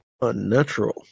unnatural